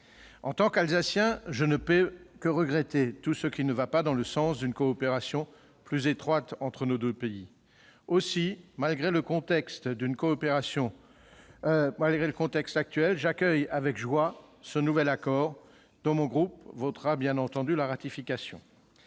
En tant qu'Alsacien, je ne peux que regretter tout ce qui ne va pas dans le sens d'une coopération plus étroite entre nos deux pays. Aussi, malgré le contexte actuel, j'accueille avec joie ce nouvel accord, dont mon groupe votera bien entendu la ratification.